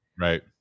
Right